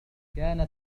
كانت